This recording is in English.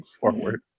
forward